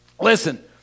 Listen